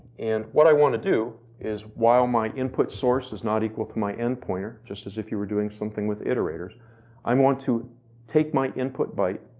and what i want to do is while my input source is not equal to my in pointer, just as if you were doing something with iterators i want to take my input byte,